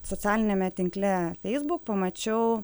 socialiniame tinkle feisbuk pamačiau